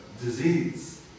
disease